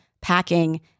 packing